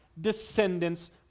descendants